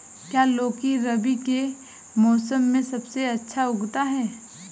क्या लौकी रबी के मौसम में सबसे अच्छा उगता है?